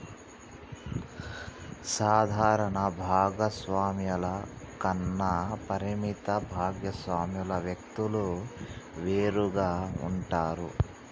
సాధారణ భాగస్వామ్యాల కన్నా పరిమిత భాగస్వామ్యాల వ్యక్తులు వేరుగా ఉంటారు